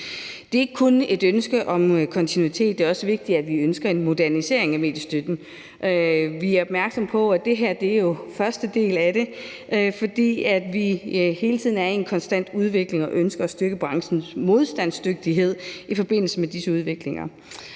Det er ikke kun et ønske om kontinuitet, og det er også vigtigt, at vi ønsker en modernisering af mediestøtten. Vi er opmærksomme på, at det her jo er første del af det, fordi vi hele tiden er i en konstant udvikling og ønsker at styrke branchens modstandsdygtighed i forbindelse med disse udviklinger.